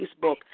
Facebook